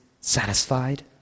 satisfied